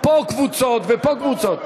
פה קבוצות ופה קבוצות.